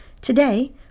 Today